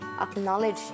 acknowledge